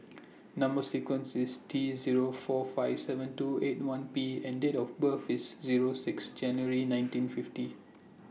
Number sequence IS T Zero four five seven two eight one B and Date of birth IS Zero six January nineteen fifty